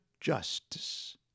justice